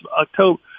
October